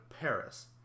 Paris